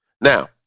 Now